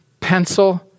pencil